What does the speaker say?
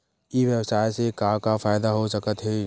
ई व्यवसाय से का का फ़ायदा हो सकत हे?